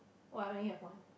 why I only have one